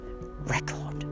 record